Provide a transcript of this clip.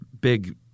big –